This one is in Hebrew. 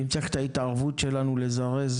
אם צריך את ההתערבות שלנו לזרז.